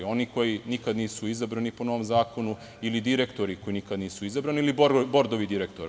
Oni koji nikada nisu izabrani po novom zakonu, ili direktori koji nikada nisu izabrani, ili bordovi direktora?